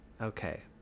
okay